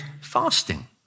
fasting